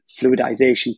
fluidization